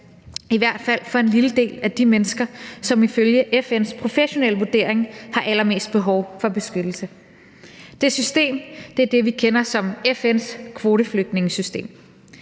i hvert fald for en lille del af de mennesker, som ifølge FN's professionelle vurdering har allermest behov for beskyttelse. Det system er det, vi kender som FN's kvoteflygtningesystem.